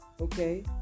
Okay